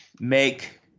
Make